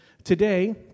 Today